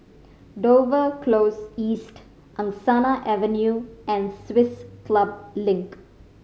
Dover Close East Angsana Avenue and Swiss Club Link